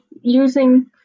using